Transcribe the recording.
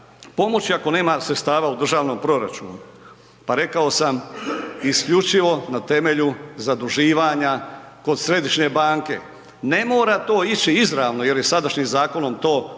pomoći ako nema sredstava u državnom proračunu? Pa rekao sam isključivo na temelju zaduživanja kod središnje banke. Ne mora to ići izravno jer je sadašnjim zakonom to